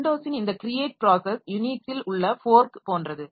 விண்டோஸின் இந்த create process யூனிக்ஸில் உள்ள ஃபோர்க் போன்றது